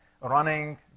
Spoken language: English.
Running